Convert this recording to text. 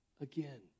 again